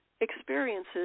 experiences